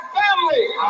family